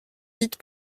vite